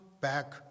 back